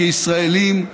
כישראלים,